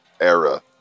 era